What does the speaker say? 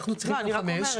אנחנו ציינו חמש.